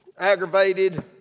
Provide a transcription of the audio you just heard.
aggravated